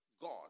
God